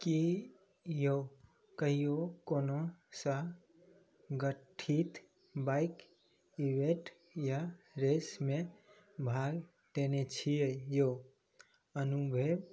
कि यौ कहिऔ कोनो सा गठित बाइक इवेन्ट या रेसमे भाग लेने छिए यौ आनो बेर